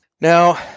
Now